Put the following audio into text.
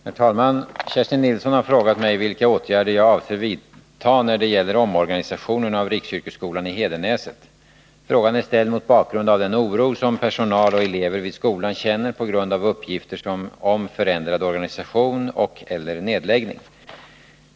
Herr talman! Kerstin Nilsson har frågat mig vilka åtgärder jag avser att vidta när det gäller omorganisationen av riksyrkesskolan i Hedenäset. Frågan är ställd mot bakgrund av den oro som personal och elever vid skolan känner på grund av uppgifter om förändrad organisation och/eller nedläggning.